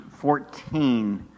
14